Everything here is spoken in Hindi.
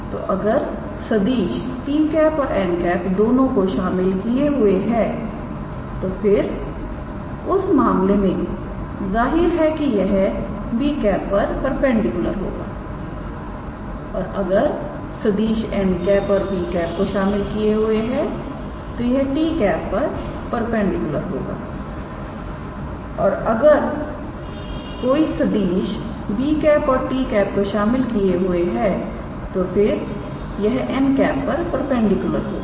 तो अगर सदिश 𝑡̂ और 𝑛̂ दोनों को शामिल किए हुए है तो फिर उस मामले मेंजाहिर है कि यह 𝑏̂ पर परपेंडिकुलर होगा और अगर सदिश 𝑛̂ और 𝑏̂ को शामिल किए हुए है तो यह 𝑡̂ पर परपेंडिकुलरperpendicular0 होगा और अगर कोई सदिश 𝑏̂ और 𝑡̂ को शामिल किए हुए हैं तो फिर यह 𝑛̂ पर परपेंडिकुलर होगा